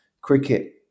cricket